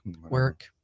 Work